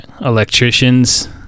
electricians